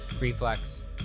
Reflex